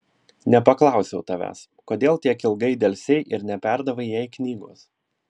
nepaklausiau tavęs kodėl tiek ilgai delsei ir neperdavei jai knygos